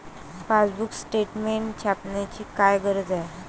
Passbook statement छापण्याची काय गरज आहे?